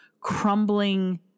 crumbling